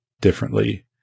differently